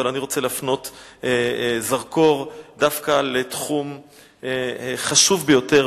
אבל אני רוצה להפנות זרקור דווקא לתחום חשוב ביותר,